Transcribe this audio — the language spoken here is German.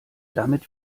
damit